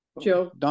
Joe